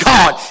God